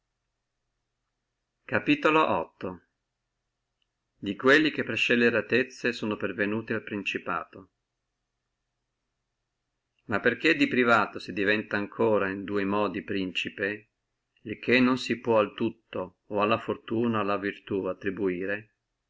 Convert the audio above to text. pervenere di quelli che per scelleratezze sono venuti al principato ma perché di privato si diventa principe ancora in dua modi il che non si può al tutto o alla fortuna o alla virtù attribuire